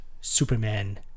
Superman